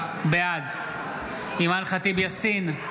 בעד אימאן ח'טיב יאסין,